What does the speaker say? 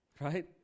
right